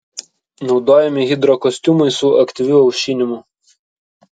naudojami hidrokostiumai su aktyviu aušinimu